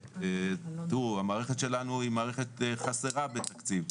המערכת שלנו היא מערכת חסרה בתקציב.